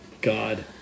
God